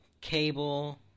cable